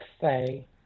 say